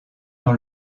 dans